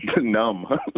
numb